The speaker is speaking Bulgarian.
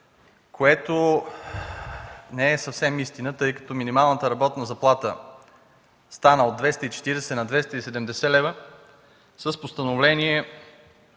което не е съвсем истина, тъй като минималната работна заплата стана от 240 на 270 лв. с Постановление